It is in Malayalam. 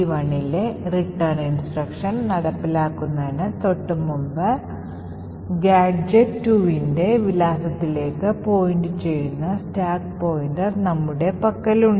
G1 ലെ റിട്ടേൺ നിർദ്ദേശം നടപ്പിലാക്കുന്നതിന് തൊട്ടുമുമ്പ് ഗാഡ്ജെറ്റ് 2 ന്റെ വിലാസത്തിലേക്ക് പോയിന്റു ചെയ്യുന്ന സ്റ്റാക്ക് പോയിന്റർ നമ്മുടെ പക്കലുണ്ട്